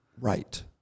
Right